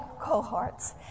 cohorts